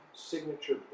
Signature